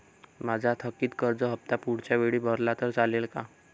माझा थकीत कर्ज हफ्ता पुढच्या वेळी भरला तर चालेल का?